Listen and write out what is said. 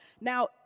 Now